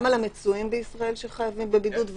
וגם על המצויים בישראל שחיים בישראל,